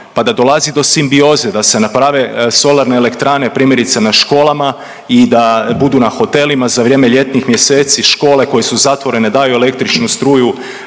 pa da dolazi do simbioze da se naprave solarne elektrane primjerice na školama i da budu na hotelima, za vrijeme ljetnih mjeseci škole koje su zatvorene daju električnu struju